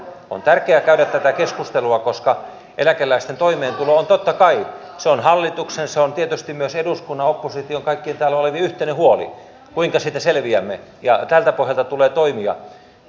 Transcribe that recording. on tärkeää käydä tätä keskustelua koska eläkeläisten toimeentulo on totta kai hallituksen tietysti myös eduskunnan opposition kaikkien täällä olevien yhteinen huoli kuinka siitä selviämme ja tältä pohjalta tulee toimia